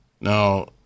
Now